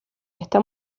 está